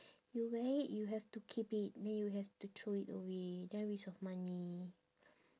you wear it you have to keep it then you have to throw it away then waste of money